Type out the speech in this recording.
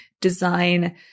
design